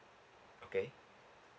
okay